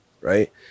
right